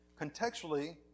Contextually